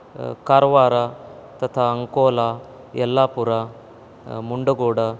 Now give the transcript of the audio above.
कारवार तथा अंकोला यल्लापूरा मूंडगोड